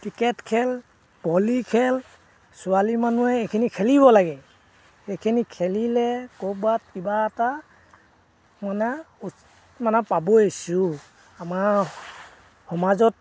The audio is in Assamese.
ক্ৰিকেট খেল ভলী খেল ছোৱালী মানুহে এইখিনি খেলিব লাগে এইখিনি খেলিলে ক'ৰবাত কিবা এটা মানে মানে পাবই চিয়ৰ আমাৰ সমাজত